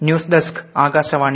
news desk Akashvani